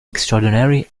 extraordinary